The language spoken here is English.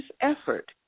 effort